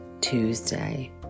Tuesday